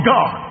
God